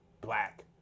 black